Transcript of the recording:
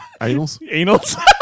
Anals